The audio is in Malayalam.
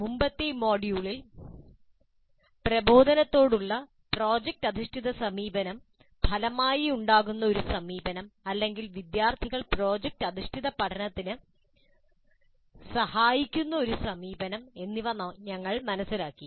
മുമ്പത്തെ മൊഡ്യൂളിൽ പ്രബോധനത്തോടുള്ള പ്രോജക്റ്റ് അധിഷ്ഠിത സമീപനം ഫലമായുണ്ടാകുന്ന ഒരു സമീപനം അല്ലെങ്കിൽ വിദ്യാർത്ഥികൾ പ്രോജക്റ്റ് അധിഷ്ഠിത പഠനത്തിന് സഹായിക്കുന്ന ഒരു സമീപനം എന്നിവ ഞങ്ങൾ മനസ്സിലാക്കി